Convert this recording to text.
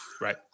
Right